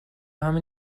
همین